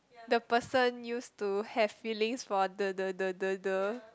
the person used to have feelings for the the the the the